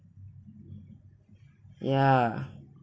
ya